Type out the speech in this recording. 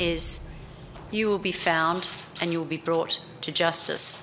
is you will be found and you will be brought to justice